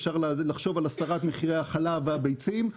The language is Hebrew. אפשר לחשוב על הסרת מחירי החלב והביצים.